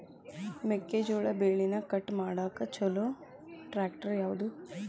ಮೆಕ್ಕೆ ಜೋಳ ಬೆಳಿನ ಕಟ್ ಮಾಡಾಕ್ ಛಲೋ ಟ್ರ್ಯಾಕ್ಟರ್ ಯಾವ್ದು?